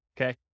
Okay